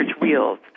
wheels